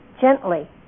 gently